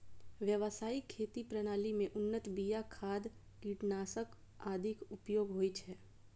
व्यावसायिक खेती प्रणाली मे उन्नत बिया, खाद, कीटनाशक आदिक उपयोग होइ छै